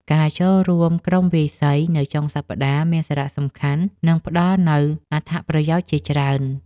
ការចូលរួមក្រុមវាយសីនៅចុងសប្តាហ៍មានសារៈសំខាន់ និងផ្ដល់នូវអត្ថប្រយោជន៍ជាច្រើន។